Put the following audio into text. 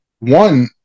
One